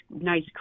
nice